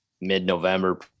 mid-november